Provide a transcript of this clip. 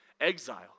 Exile